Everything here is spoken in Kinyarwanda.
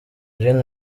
gen